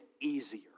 easier